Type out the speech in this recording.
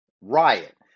riot